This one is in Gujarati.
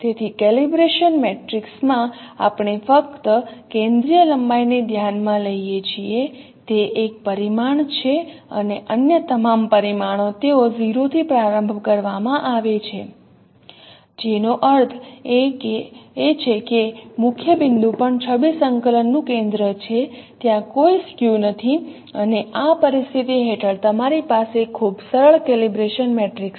તેથી કેલિબ્રેશન મેટ્રિક્સ માં આપણે ફક્ત કેન્દ્રીય લંબાઈને ધ્યાનમાં લઈએ છીએ તે એક પરિમાણ છે અને અન્ય તમામ પરિમાણો તેઓ 0 થી પ્રારંભ કરવામાં આવે છે જેનો અર્થ એ છે કે મુખ્ય બિંદુ પણ છબી સંકલનનું કેન્દ્ર છે ત્યાં કોઈ સ્ક્વ નથી અને આ પરિસ્થિતિ હેઠળ તમારી પાસે ખૂબ સરળ કેલિબ્રેશન મેટ્રિક્સ છે